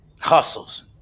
hustles